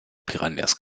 piranhas